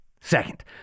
Second